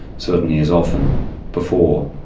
certainly as often before.